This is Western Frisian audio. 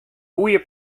goede